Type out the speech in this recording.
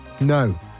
No